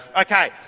Okay